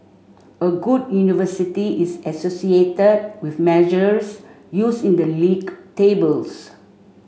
a good university is associated with measures used in the league tables